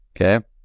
Okay